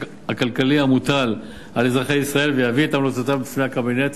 הכלכלי המוטל על אזרחי ישראל ויביא את המלצותיו בפני הקבינט החברתי-כלכלי.